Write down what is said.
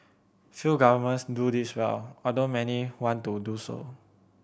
few governments do this well although many want to do so